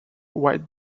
white